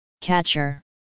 catcher